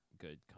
good